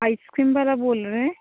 आप ice cream वाला बोल रहे हैं